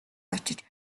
очиж